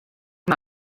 mae